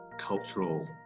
cultural